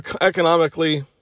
economically